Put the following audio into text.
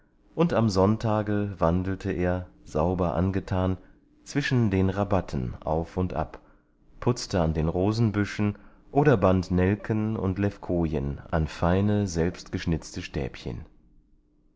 und am sonntage wandelte er sauber angetan zwischen den rabatten auf und ab putzte an den rosenbüschen oder band nelken und levkojen an feine selbstgeschnitzte stäbchen